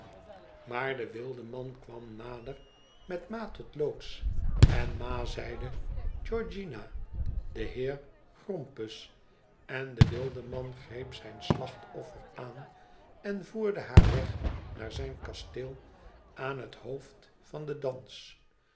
maar de wüdeman kwam nader met ma tot loods en ma zeide georgiana de heer grompus en de wildeman greep zijn slachtoffer aan en voerde haar weg naar zijn kasteel aan het hoofd van den dans